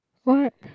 what